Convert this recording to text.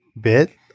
bit